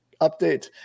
update